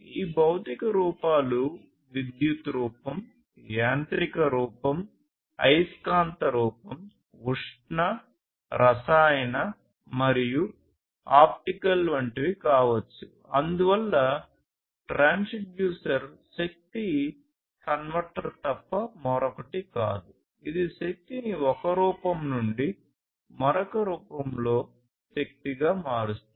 ఈ భౌతిక రూపాలు విద్యుత్ మారుస్తుంది